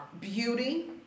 beauty